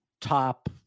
top